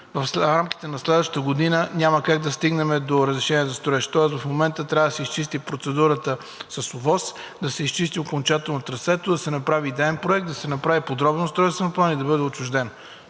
в рамките на следващата година няма как да стигнем до разрешение за строеж, тоест в момента трябва да се изчисти процедурата с ОВОС, да се изчисти окончателно трасето, да се направи идеен проект, да се направи подробен устройствен план и да бъде отчуждено.